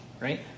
right